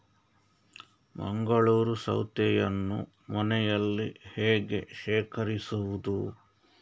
ಮಂಗಳೂರು ಸೌತೆಯನ್ನು ಮನೆಯಲ್ಲಿ ಹೇಗೆ ಶೇಖರಿಸುವುದು?